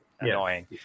annoying